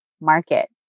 market